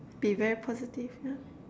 be very positive yeah